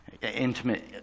Intimate